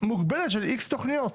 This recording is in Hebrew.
מוגבלת של איקס תוכניות.